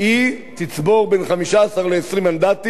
היא תצבור בין 15 ל-20 מנדטים,